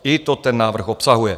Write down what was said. I to ten návrh obsahuje.